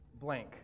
blank